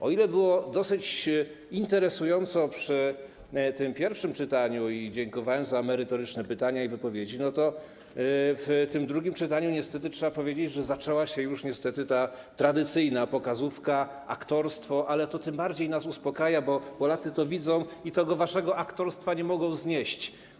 O ile było dosyć interesująco przy tym pierwszym czytaniu i dziękowałem za merytoryczne pytania i wypowiedzi, to w tym drugim czytaniu niestety trzeba powiedzieć, że zaczęła się już niestety tradycyjna pokazówka, aktorstwo, ale to tym bardziej nas uspokaja, bo Polacy to widzą i tego waszego aktorstwa nie mogą znieść.